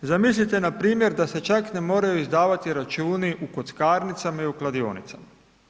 Zamislite npr. da se čak ne moraju izdavati računi u kockarnicama i u kladionicama.